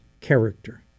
character